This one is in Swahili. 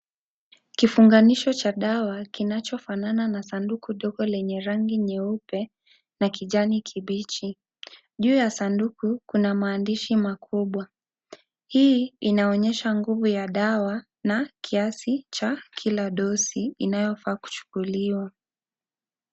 Kifunganisho cha dawa kinacho fanana na sanduku dogo lenye rangi nyeupe, na kijani kibichi, juu ya sanduku, kuna maandishi makubwa, hii inaonyesha nguvu ya dawa, na, kiasi, cha, kila dosi, inayo faa kuchukuliwa.